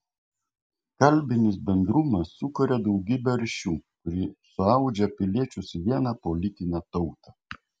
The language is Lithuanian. kalbinis bendrumas sukuria daugybė ryšių kurie suaudžia piliečius į vieną politinę tautą